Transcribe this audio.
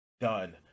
Done